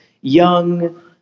young